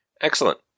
Excellent